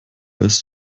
ist